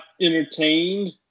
entertained